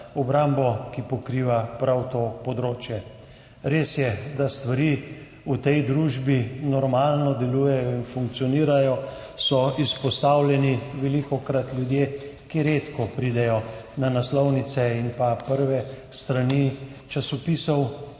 obrambo, ki pokriva prav to področje. Res je, da stvari v tej družbi normalno delujejo in funkcionirajo, so velikokrat izpostavljeni ljudje, ki redko pridejo na naslovnice in prve strani časopisov,